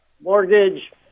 mortgage